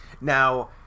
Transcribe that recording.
Now